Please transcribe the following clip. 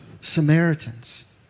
Samaritans